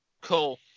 Cool